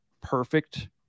perfect